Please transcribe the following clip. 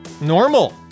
normal